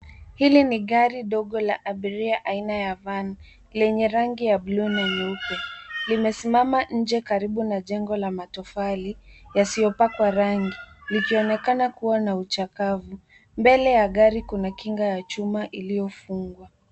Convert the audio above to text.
Hili ni gari dogo la abiria aina ya cs[van]cs lenye rangi ya buluu na nyeupe. Limesimama nje karibu na jengo la matofali yasiyopakwa rangi likionekana kuwa na uchakavu. Mbele ya gari kuna kinga ya chuma iliyofungwa.